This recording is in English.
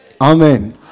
Amen